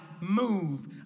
move